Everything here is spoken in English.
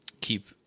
keep